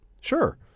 sure